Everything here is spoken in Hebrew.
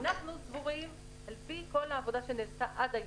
אנחנו סבורים על פי כל העבודה שנעשתה עד היום,